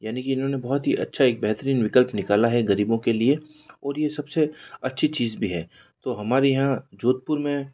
यानी कि इन्होंने बहुत ही अच्छा एक बेहतरीन विकल्प निकाला है ग़रीबों के लिए और ये सब से अच्छी चीज़ भी है तो हमारे यहाँ जोधपुर में